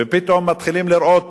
ופתאום מתחילים לראות